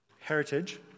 heritage